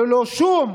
ללא שום